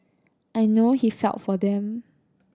I know he felt for them